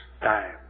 time